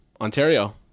Ontario